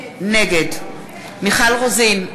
נגד מיכל רוזין,